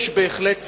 יש בהחלט צורך,